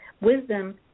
wisdom